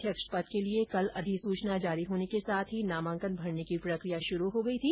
अध्यक्ष पद के लिए कल अधिसूचना जारी होने के साथ ही नामांकन भरने की प्रकिया शुरू हो गई थी